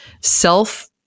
self